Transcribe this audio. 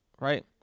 right